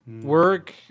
work